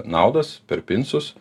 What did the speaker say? naudas per pinsus